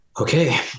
okay